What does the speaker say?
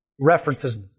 references